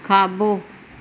खाबो॒